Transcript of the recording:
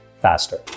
faster